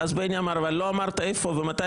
ואז בני אמר: אבל לא אמרת איפה ומתי